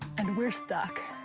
and we're stuck.